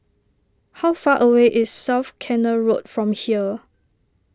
how far away is South Canal Road from here